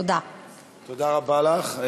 תודה רבה לך.